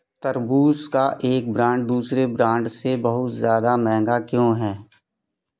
तरबूज़ का एक ब्रांड दूसरे ब्रांड से बहुत ज़्यादा महँगा क्यों है